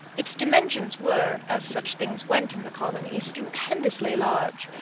its dimensions were, as such things went in the colony, stupendously large,